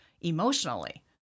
emotionally